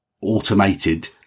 automated